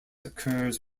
occurs